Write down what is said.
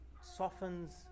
softens